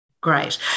Great